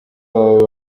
wawe